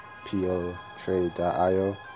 potrade.io